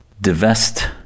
divest